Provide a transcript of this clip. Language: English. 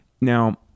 Now